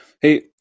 Hey